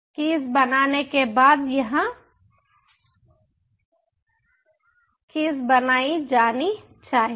keys बनाने के बाद यहां कीस बनाई जानी चाहिए